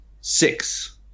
six